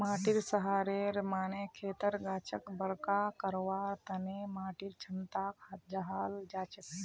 माटीर सहारेर माने खेतर गाछक बरका करवार तने माटीर क्षमताक कहाल जाछेक